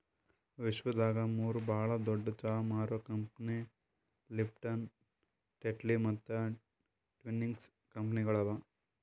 ವಿಶ್ವದಾಗ್ ಮೂರು ಭಾಳ ದೊಡ್ಡು ಚಹಾ ಮಾರೋ ಕಂಪನಿ ಲಿಪ್ಟನ್, ಟೆಟ್ಲಿ ಮತ್ತ ಟ್ವಿನಿಂಗ್ಸ್ ಕಂಪನಿಗೊಳ್ ಅವಾ